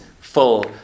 full